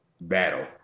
battle